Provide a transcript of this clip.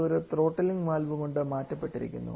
അത് ഒരു throttling valve കൊണ്ട് മാറ്റപ്പെട്ടിരിക്കുന്നു